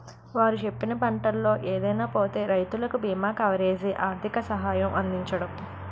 వారు చెప్పిన పంటల్లో ఏదైనా పోతే రైతులకు బీమా కవరేజీ, ఆర్థిక సహాయం అందించడం